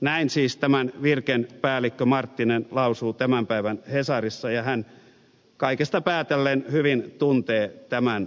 näin siis tämän virken päällikkö marttinen lausuu tämän päivän hesarissa ja hän kaikesta päätellen hyvin tuntee tämän asian